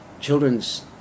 children's